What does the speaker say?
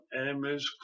enemies